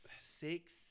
six